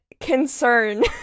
concern